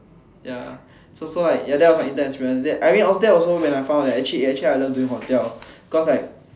ya so so like that was my intern experience after that also when I found out that actually actually I love doing hotel cause like